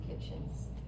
kitchens